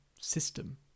system